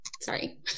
sorry